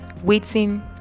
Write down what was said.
waiting